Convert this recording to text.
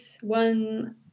one